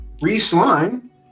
Re-Slime